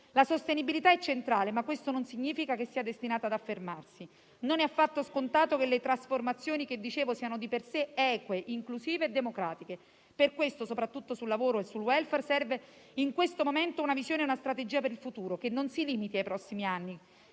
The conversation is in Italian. La sostenibilità è centrale, ma questo non significa che sia destinata ad affermarsi. Non è affatto scontato che le trasformazioni siano di per sé eque, inclusive e democratiche. Per questo, soprattutto sul lavoro e sul *welfare* servono in questo momento una visione e una strategia per il futuro che non si limitino ai prossimi anni